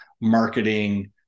marketing